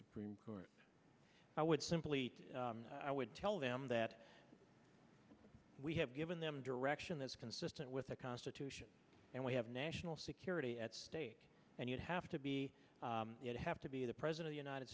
supreme court i would simply i would tell them that we have given them direction that's consistent with the constitution and we have national security at stake and you have to be have to be the president united